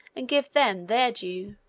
and give them their due.